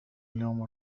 اليوم